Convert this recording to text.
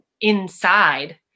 inside